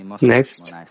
Next